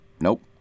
Nope